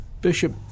Bishop